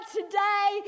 today